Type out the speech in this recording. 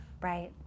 right